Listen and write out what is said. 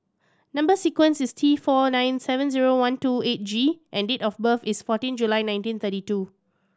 number sequence is T four nine seven zero one two eight G and date of birth is fourteen July nineteen thirty two